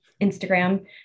Instagram